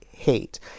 Hate